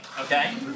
okay